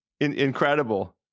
Incredible